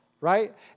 Right